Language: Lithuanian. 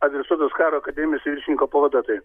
adresuotas karo akademijos viršininko pavaduotojui